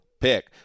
pick